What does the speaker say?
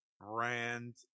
brand